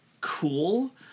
cool